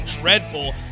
dreadful